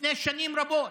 לפני שנים רבות